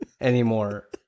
anymore